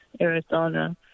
Arizona